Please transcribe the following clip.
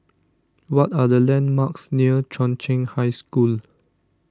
what are the landmarks near Chung Cheng High School